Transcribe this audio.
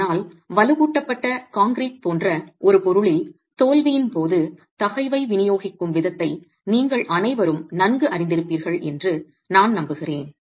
ஆனால் வலுவூட்டப்பட்ட கான்கிரீட் போன்ற ஒரு பொருளில் தோல்வியின் போது தகைவை விநியோகிக்கும் விதத்தை நீங்கள் அனைவரும் நன்கு அறிந்திருப்பீர்கள் என்று நான் நம்புகிறேன்